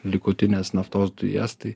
likutines naftos dujas tai